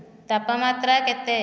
ତାପମାତ୍ରା କେତେ